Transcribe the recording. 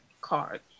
card